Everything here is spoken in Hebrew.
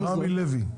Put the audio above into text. רמי לוי,